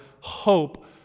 hope